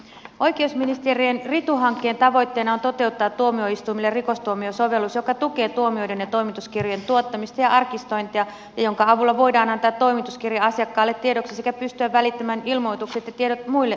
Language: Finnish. oikeusministeriön ritu hankkeen tavoitteena on toteuttaa tuomioistuimille rikostuomiosovellus joka tukee tuomioiden ja toimituskirjojen tuottamista ja arkistointia ja jonka avulla voidaan antaa toimituskirja asiakkaalle tiedoksi sekä pystyä välittämään ilmoitukset ja tiedot muille viranomaisille